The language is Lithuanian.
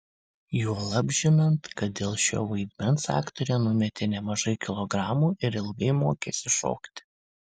juolab žinant kad dėl šio vaidmens aktorė numetė nemažai kilogramų ir ilgai mokėsi šokti